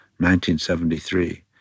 1973